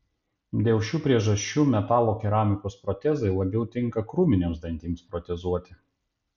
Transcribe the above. dėl šių priežasčių metalo keramikos protezai labiau tinka krūminiams dantims protezuoti